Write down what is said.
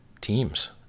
teams